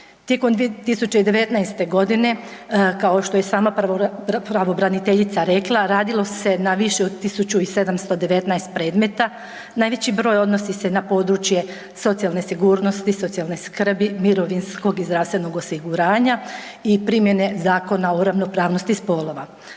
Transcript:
Tijekom 2019. godine kao što je i sama pravobraniteljica rekla radilo se na više od 1.719 predmeta, najveći broj odnosi se na područje socijalne sigurnosti, socijalne skrbi, mirovinskog i zdravstvenog osiguranja i primjene Zakona o ravnopravnosti spolova.